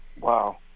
Wow